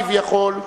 כביכול,